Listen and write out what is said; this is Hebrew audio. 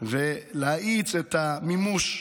ולהאיץ את המימוש,